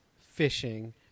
fishing